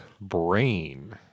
Brain